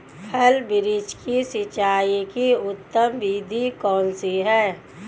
फल वृक्ष की सिंचाई की उत्तम विधि कौन सी है?